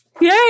yay